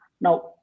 Now